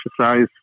exercise